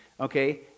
okay